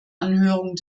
anhörung